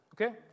Okay